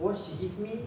what she gives me